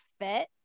fit